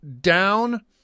down